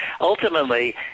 ultimately